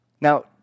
Now